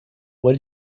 what